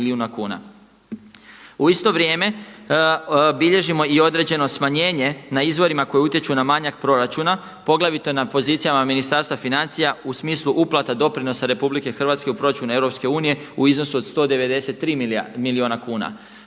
U isto vrijeme bilježimo i određeno smanjenje na izvorima koji utječu na manjak proračuna poglavito na pozicijama Ministarstva financija u smislu uplata doprinosa RH u proračun EU u iznosu od 193 milijuna kuna.